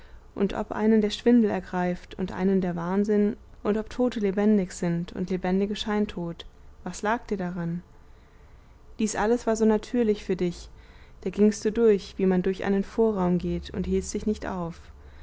und ob einen der schwindel ergreift und einen der wahnsinn und ob tote lebendig sind und lebendige scheintot was lag dir daran dies alles war so natürlich für dich da gingst du durch wie man durch einen vorraum geht und hieltst dich nicht auf